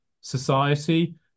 society